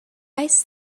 ice